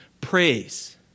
praise